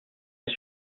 est